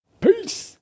Peace